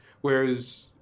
whereas